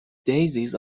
daisies